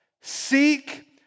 seek